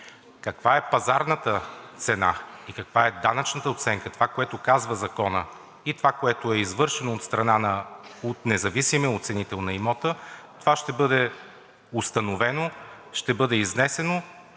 Каква е пазарната цена, каква е данъчната оценка – това, което казва Законът, и това, което е извършено от страна на независимия оценител на имота, това ще бъде установено, ще бъде изнесено.